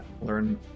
learn